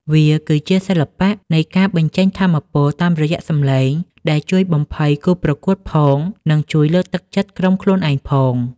វាគឺជាសិល្បៈនៃការបញ្ចេញថាមពលតាមរយៈសំឡេង ដែលជួយបំភ័យគូប្រកួតផង និងជួយលើកទឹកចិត្តក្រុមខ្លួនឯងផង។